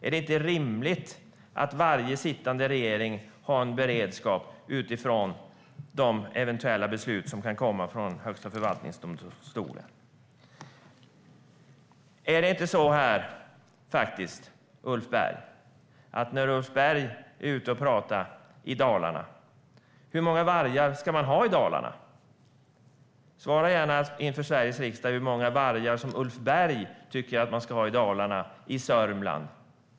Är det inte rimligt att varje sittande regering har en beredskap utifrån de eventuella beslut som kan komma från Högsta förvaltningsdomstolen? Hur många vargar ska man ha i Dalarna? Ulf Berg får gärna inför Sveriges riksdag svara på frågan hur många vargar han tycker att man ska ha i Dalarna och Sörmland.